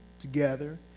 together